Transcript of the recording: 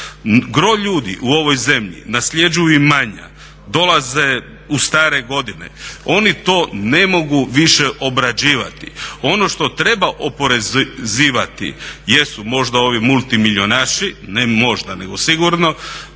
Gro ljudi u ovoj zemlji nasljeđuje imanja, dolaze u stare godine oni to ne mogu više obrađivati, ono što treba oporezivati jesu možda ovi multimilijunaši ne možda nego sigurno